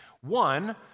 One